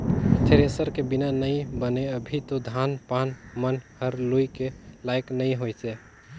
thresher के बिना नइ बने अभी तो धान पान मन हर लुए के लाइक नइ होइसे